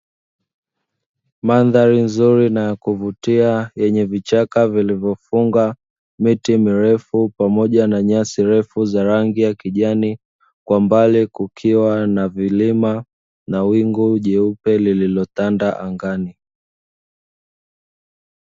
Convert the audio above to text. mandhari nzuri na kuvutia yenye vichaka vilivyofunga miti mirefu pamoja na nyasi refu za rangi za kijani, kwa mbali kukiwa na vilima na wingu jeupe lililotanda angani.